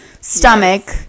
stomach